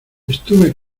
estuve